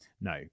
No